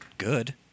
good